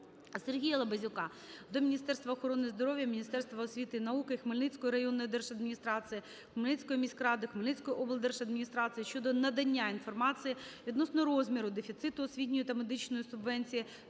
Сергія Лабазюка до Міністерства охорони здоров'я, Міністерства освіти і науки, Хмельницької районної держадміністрації, Хмельницької міськради, Хмельницької облдержадміністрації щодо надання інформації відносно розміру дефіциту освітньої та медичної субвенцій